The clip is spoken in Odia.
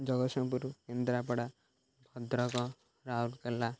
ଜଗତସିଂହପୁର କେନ୍ଦ୍ରାପଡ଼ା ଭଦ୍ରକ ରାଉଲକେଲା